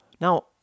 Now